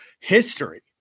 history